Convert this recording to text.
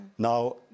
Now